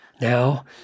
now